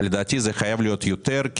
אבל לדעתי זה חייב להיות יותר,